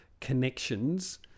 connections